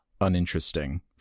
uninteresting